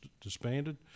disbanded